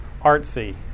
artsy